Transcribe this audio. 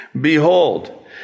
Behold